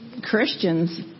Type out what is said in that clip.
Christians